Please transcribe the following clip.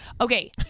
okay